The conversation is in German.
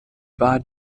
war